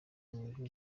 nyungu